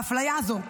האפליה הזו,